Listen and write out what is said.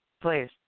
please